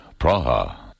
Praha